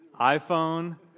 iPhone